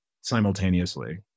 simultaneously